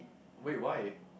wait why